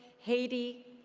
haiti,